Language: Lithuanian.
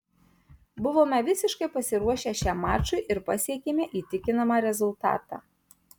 buvome visiškai pasiruošę šiam mačui ir pasiekėme įtikinamą rezultatą